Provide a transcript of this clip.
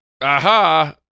aha